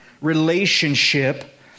relationship